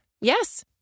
Yes